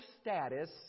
status